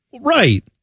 Right